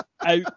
out